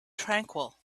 tranquil